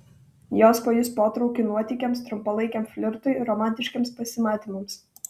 jos pajus potraukį nuotykiams trumpalaikiam flirtui romantiškiems pasimatymams